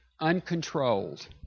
uncontrolled